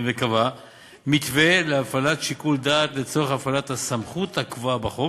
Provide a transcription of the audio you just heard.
וקבע מתווה להפעלת שיקול דעת לצורך הפעלת הסמכות הקבועה בחוק,